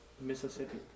Mississippi